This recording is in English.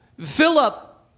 Philip